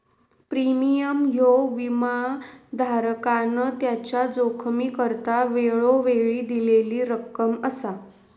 premium ह्यो विमाधारकान त्याच्या जोखमीकरता वेळोवेळी दिलेली रक्कम असा